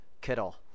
Kittle